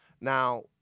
Now